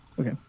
Okay